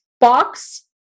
box